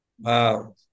Wow